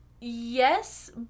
Yes